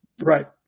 Right